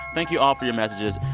thank you all for your messages.